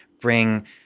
bring